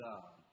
God